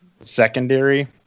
secondary